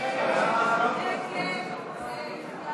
הצעת סיעת יש עתיד